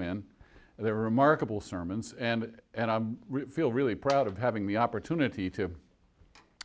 men there are remarkable sermons and and i feel really proud of having the opportunity to